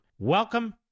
Welcome